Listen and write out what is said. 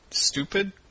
stupid